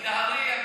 מדאהריה,